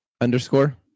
underscore